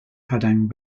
padang